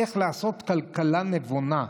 איך לעשות כלכלה נבונה.